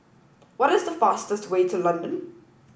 what is the fastest way to London